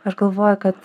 aš galvoju kad